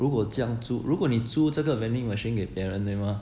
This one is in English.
如果这样租如果你租这个 vending machine 给别人对吗